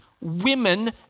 women